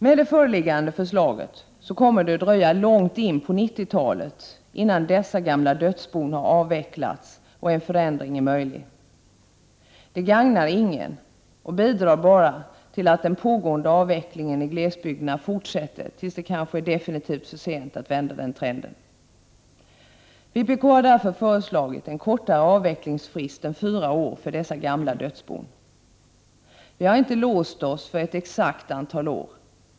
Med det föreliggande förslaget kommer det att dröja långt in på 90-talet innan dessa gamla dödsbon har avvecklats och en förändring är möjlig. Det gagnar ingen, utan det bidrar bara till att den pågående avvecklingen i glesbygderna fortsätter tills det kanske är definitivt för sent att vända trenden. Vpk har därför föreslagit en kortare avvecklingsfrist än fyra år för dessa gamla dödsbon. Vi har inte låst oss för ett exakt antal år.